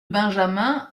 benjamin